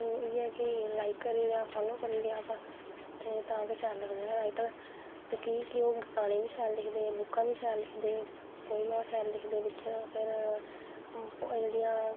cutting सखांदे ऐं गलमां कियां बनाना ऐ मंहुंडे दी शेप कियां लैनी ऐ ठीक ऐ तीरे दी किस हिसाबे दी लैनी ऐ फिटिंग किस हिसाबे दी बनानी ऐ फिटिंग होंदी ऐ कि जियां कोई नोटा बंदा ऐ